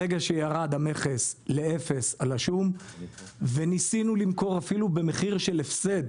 ברגע שירד המכס לאפס על השום וניסינו למכור אפילו במחיר של הפסד,